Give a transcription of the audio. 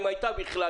אם הייתה בכלל,